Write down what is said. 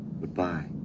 Goodbye